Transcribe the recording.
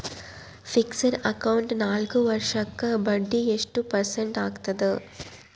Fixed account ನಾಲ್ಕು ವರ್ಷಕ್ಕ ಬಡ್ಡಿ ಎಷ್ಟು ಪರ್ಸೆಂಟ್ ಆಗ್ತದ?